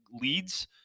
leads